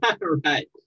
right